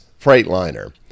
Freightliner